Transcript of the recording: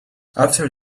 after